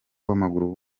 w’amaguru